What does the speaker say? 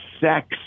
sex